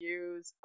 use